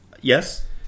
yes